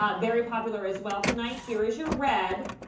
ah very popular as well tonight. here is your red.